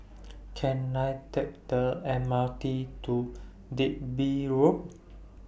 Can I Take The M R T to Digby Road